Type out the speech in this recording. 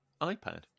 iPad